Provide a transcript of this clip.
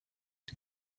die